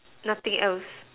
nothing else